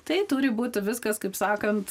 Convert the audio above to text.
tai turi būti viskas kaip sakant